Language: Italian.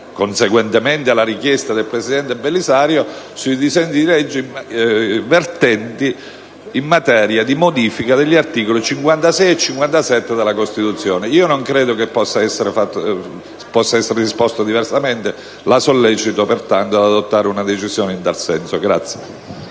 conseguentemente alla richiesta del presidente Belisario, il pronunciamento d'urgenza sui disegni di legge, vertenti in materia di modifica degli articoli 56 e 57 della Costituzione. Non credo che possa essere disposto diversamente. La sollecito, pertanto, ad adottare una decisione in tal senso.